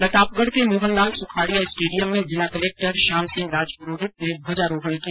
प्रतापगढ़ के मोहनलाल सुखाडिया स्टेडियम में जिला कलेक्टर श्याम सिंह राजपुरोहित ने ध्वजारोहण किया